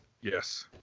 Yes